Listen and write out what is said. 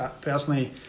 personally